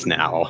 now